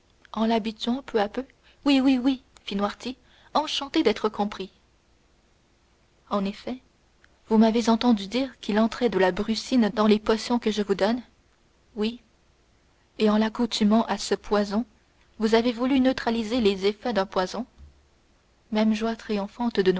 en l'habituant peu à peu oui oui oui fit noirtier enchanté d'être compris en effet vous m'avez entendu dire qu'il entrait de la brucine dans les potions que je vous donne oui et en l'accoutumant à ce poison vous avez voulu neutraliser les effets d'un poison même joie triomphante